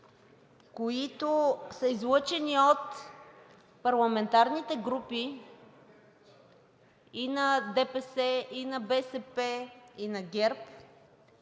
които са излъчени от парламентарните групи и на ДПС, и на БСП, и на ГЕРБ,